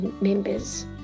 members